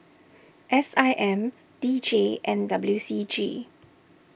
S I M D J and W C G